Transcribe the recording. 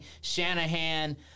Shanahan